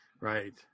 Right